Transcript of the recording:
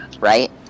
right